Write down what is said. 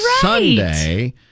Sunday